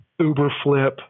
Uberflip